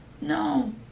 no